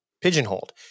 pigeonholed